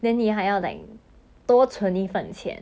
ya and other areas might not be as like